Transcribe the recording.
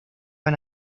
van